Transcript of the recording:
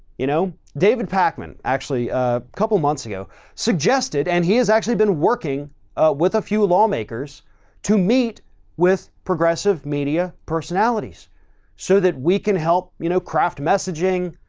you know david pakman actually a couple months ago suggested and he has actually been working with a few lawmakers to meet with progressive media personalities so that we can help, you know, craft messaging,